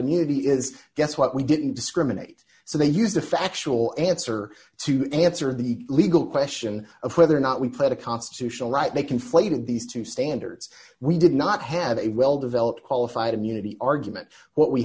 immunity is guess what we didn't discriminate so they used a factual answer to answer the legal question of whether or not we played a constitutional right they conflated these two standards we did not have a well developed qualified immunity argument what we